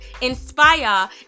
inspire